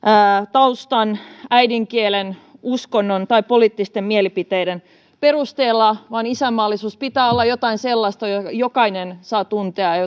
taustan äidinkielen uskonnon tai poliittisten mielipiteiden perusteella vaan isänmaallisuuden pitää olla jotain sellaista jota jokainen saa tuntea ja